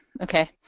Okay